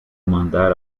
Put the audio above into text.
mandar